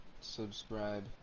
subscribe